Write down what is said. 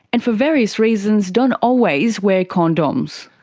and for various reasons don't always wear condoms.